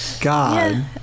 God